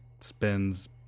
spends